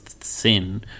sin